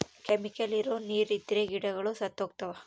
chemical ಇರೋ ನೀರ್ ಇದ್ರೆ ಗಿಡಗಳು ಸತ್ತೋಗ್ತವ